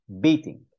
beating